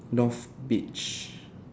North beach